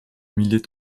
millier